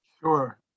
Sure